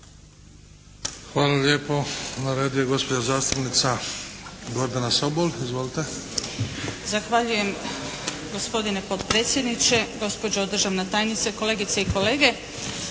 Hvala lijepo. Na redu je gospođa zastupnica Gordana Sobol. Izvolite. **Sobol, Gordana (SDP)** Zahvaljujem gospodine potpredsjedniče, gospođo državna tajnice, kolegice i kolege.